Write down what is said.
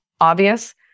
obvious